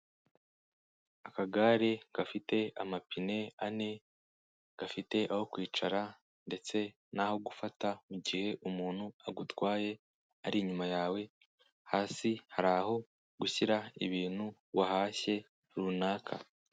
Akagare gafite amapine ane, gafite aho kwicara ndetse n'aho gufata mu gihe umuntu agutwaye ari inyuma yawe, hasi hari aho gushyira ibintu wahashye runaka.